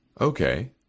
Okay